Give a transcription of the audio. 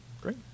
great